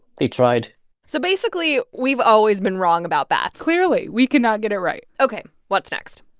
they tried so basically, we've always been wrong about bats clearly. we cannot get it right ok. what's next?